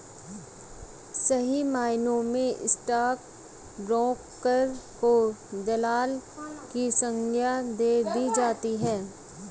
सही मायनों में स्टाक ब्रोकर को दलाल की संग्या दे दी जाती है